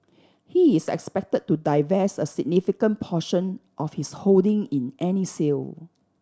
he is expected to divest a significant portion of his holding in any sale